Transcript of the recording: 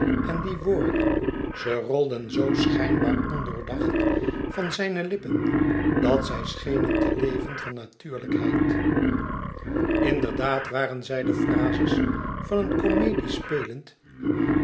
en die woorden ze rolden zoo schijnbaar ondoordacht van zijne lippen dat zij schenen te leven van natuurlijkheid inderdaad waren zij de frases van een comediespelend